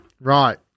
Right